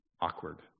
Awkward